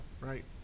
right